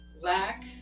Lack